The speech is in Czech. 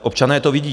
Občané to vidí.